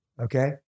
okay